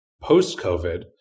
post-COVID